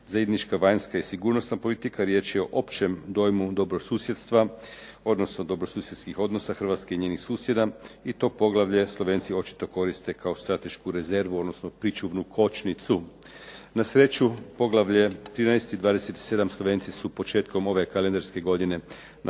Zajednička vanjska i sigurnosna politika, riječ je o općem dojmu dobrosusjedstva, odnosno dobrosusjedskih odnosa Hrvatske i njenih susjeda. I to poglavlje Slovenci očito koriste kao stratešku rezervu, odnosno pričuvnu kočnicu. Na sreću poglavlje 13. i 27. Slovenci su početkom ove kalendarske godine nakon